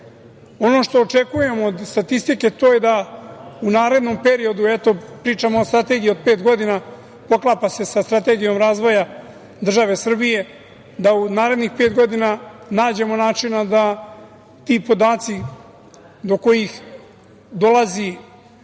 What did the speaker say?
što očekujem od statistike to je da u narednom periodu, eto pričamo o strategiji od pet godina, poklapa se sa strategijom razvoja države Srbije, da u narednih pet godina nađemo načina da ti podaci do kojih dolazi